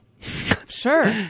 Sure